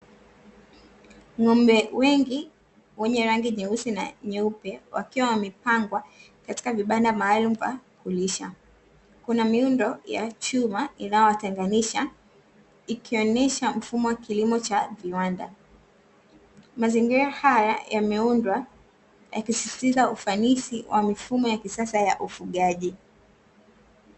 Ng’ombe wengi wenye rangi nyeusi na nyeupe, wakiwa wamepangwa katika vibanda maalumu vya kulisha. Kuna miundo ya chuma inayowatenganisha ikionesha mfumo wa kilimo cha viwanda. Mazingira haya yameundwa yakisisitiza ufanisi wa mifumo ya kisasa ya ufugaji.